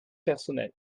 personnel